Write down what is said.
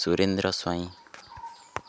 Surendra Swain